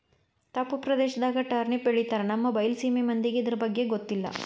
ತಪ್ಪು ಪ್ರದೇಶದಾಗ ಟರ್ನಿಪ್ ಬೆಳಿತಾರ ನಮ್ಮ ಬೈಲಸೇಮಿ ಮಂದಿಗೆ ಇರ್ದಬಗ್ಗೆ ಗೊತ್ತಿಲ್ಲ